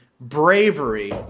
bravery